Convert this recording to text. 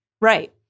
right